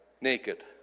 naked